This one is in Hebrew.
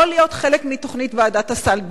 בכלל לא להיות חלק מתוכנית ועדת הסל.